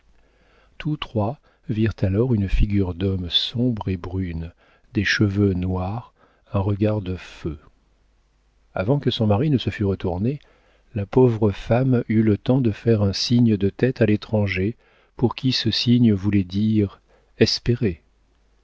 tous trois virent alors une figure d'homme sombre et brune des cheveux noirs un regard de feu avant que son mari se fût retourné la pauvre femme eut le temps de faire un signe de tête à l'étranger pour qui ce signe voulait dire